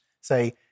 say